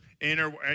inner